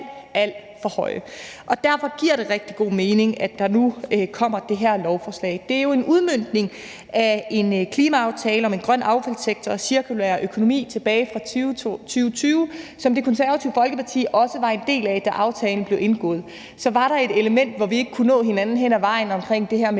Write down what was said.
alt for højt, og derfor giver det rigtig god mening, at der nu kommer det her lovforslag. Det er jo en udmøntning af en klimaaftale om en grøn affaldssektor og cirkulær økonomi tilbage fra 2020, som Det Konservative Folkeparti også var en del af, da aftalen blev indgået. Så var der et element, hvor vi ikke kunne nå hinanden hen ad vejen, omkring det her med